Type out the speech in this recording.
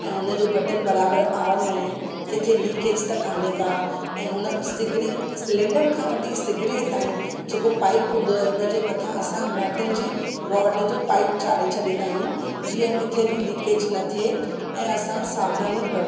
ऐं उनजो बटन बराबरि ऑन आहे किथे लीकेज त काने का ऐं हुन सिगरी सिलेंडर खां वठी सिगरीअ ताईं जेको पाईप हूंदो आहे उनजे मथां असां मेटल जी रॉड जो पाईप चाढ़े छ्ॾींदा आहियूं जीअं किथे ब लीकेज न थे ऐं असां सावधानी बरतूं